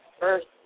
first